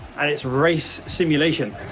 and it's race simulation.